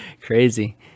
Crazy